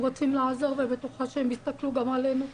רוצים לעזור ובטוחה שהם הסתכלו גם עלינו,